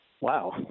wow